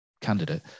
candidate